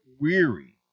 weary